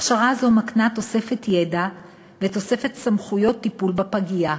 הכשרה זו מקנה תוספת ידע ותוספת סמכויות טיפול בפגייה.